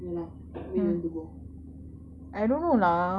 I don't know lah sis ingat nak pergi U_S_S